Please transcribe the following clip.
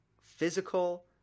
physical